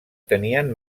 tenien